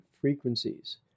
frequencies